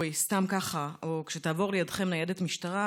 סתם ככה או כשתעבור לידכם ניידת משטרה,